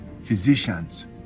physicians